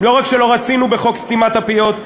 לא רק שלא רצינו בחוק סתימת הפיות,